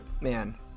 man